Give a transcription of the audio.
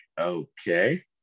okay